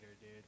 dude